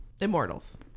immortals